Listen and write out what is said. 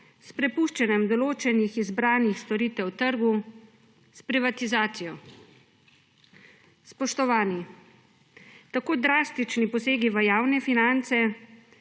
s prepuščanjem določenih izbranih storitev trgu, s privatizacijo. Spoštovani, tako drastični posegi v javne finance